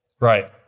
Right